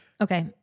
Okay